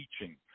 teaching